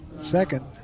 second